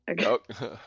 okay